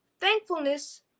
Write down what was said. thankfulness